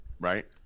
right